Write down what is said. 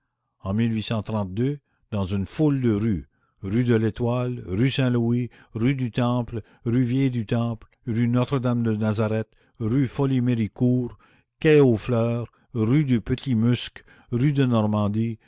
en dans une foule de rues rue de l'étoile rue saint-louis rue du temple rue vieille du temple rue notre dame de nazareth rue folie méricourt quai aux fleurs rue du petit musc rue de normandie